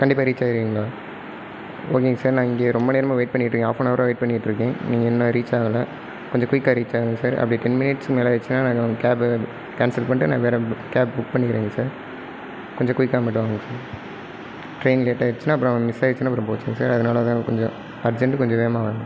கண்டிப்பாக ரீச் ஆகிடுவீங்களா ஓகேங்க சார் நான் இங்கே ரொம்ப நேரமாக வெயிட் பண்ணிகிட்டு இருக்கேன் ஆஃப் அண்ட் ஹவராக வெயிட் பண்ணிகிட்டு இருக்கேன் நீங்கள் இன்னும் ரீச் ஆகலை கொஞ்சம் குயிக்காக ரீச் ஆகுங்கள் சார் அப்படி டென் மினிட்ஸுக்கு மேலே ஆகிடுச்சுன்னா நாங்கள் உங்கள் கேபை கேன்சல் பண்ணிவிட்டு நான் வேற கேப் புக் பண்ணிக்கிறேங்க சார் கொஞ்சம் குயிக்காக மட்டும் வாங்கள் சார் டிரெயின் லேட் ஆகிடுச்சின்னா அப்புறம் மிஸ் ஆகிடுச்சின்னா அப்புறம் போச்சுங்க சார் அதனாலதான் கொஞ்சம் அர்ஜென்ட்டு கொஞ்சம் வேகமாக வாங்கள்